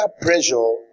pressure